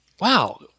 Wow